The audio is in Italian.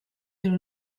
delle